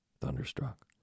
thunderstruck